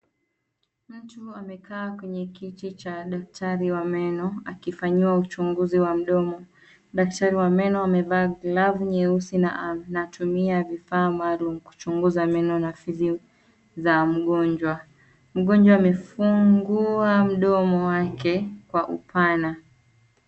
Mtu amekaa kwenye kiti cha daktari wa meno akifanyiwa uchuguzi wa mdomo. Daktari wa meno amevaa glavu nyeusi na anatumia vifaa maalum kuchunguza meno na fizi za mgonjwa. Mgonjwa amefungua mdomo wake kwa upana.